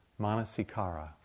Manasikara